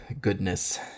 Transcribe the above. goodness